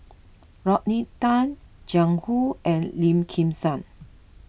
Rodney Tan Jiang Hu and Lim Kim San